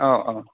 औ औ